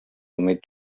humit